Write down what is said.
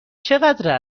چقدر